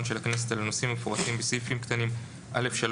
של הכנסת על הנושאים המפורטים בסעיפים קטנים (א)(3),